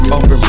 Open